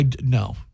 No